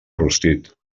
rostit